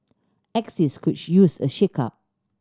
axis could use a shakeup